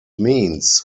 means